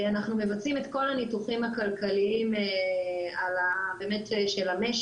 אנחנו מבצעים את כל הניתוחים הכלכליים של המשק